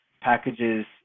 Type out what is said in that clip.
packages